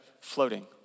floating